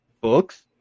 books